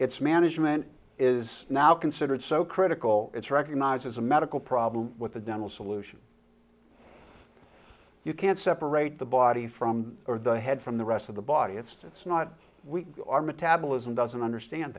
it's management is now considered so critical it's recognised as a medical problem with a dental solution you can't separate the body from the head from the rest of the body it's that's not our metabolism doesn't understand